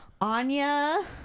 Anya